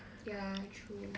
ya true